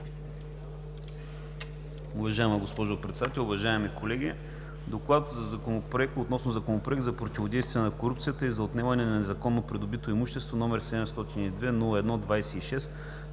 Уважаема госпожо Председател, уважаеми колеги! „ДОКЛАД относно Законопроект за противодействие на корупцията и за отнемане на незаконно придобитото имущество, № 702-01-26,